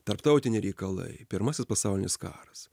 tarptautiniai reikalai pirmasis pasaulinis karas